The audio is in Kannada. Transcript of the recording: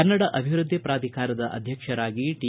ಕನ್ನಡ ಅಭಿವೃದ್ಧಿ ಪ್ರಾಧಿಕಾರಕ್ಕೆ ಅಧ್ಯಕ್ಷರಾಗಿ ಟಿ